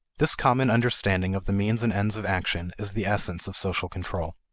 this common understanding of the means and ends of action is the essence of social control.